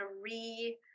re